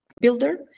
builder